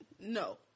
No